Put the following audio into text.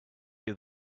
you